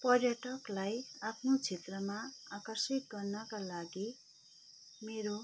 पर्यटकलाई आफ्नो क्षेत्रमा आकर्षित गर्नका लागि मेरो